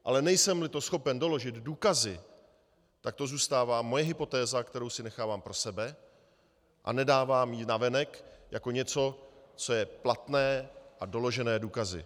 Ale nejsemli to schopen doložit důkazy, tak to zůstává mou hypotézou, kterou si nechávám pro sebe a nedávám ji navenek jako něco, co je platné a doložené důkazy.